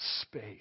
space